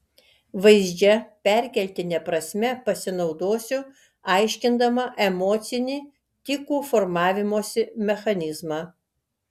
vaizdžia perkeltine prasme pasinaudosiu aiškindama emocinį tikų formavimosi mechanizmą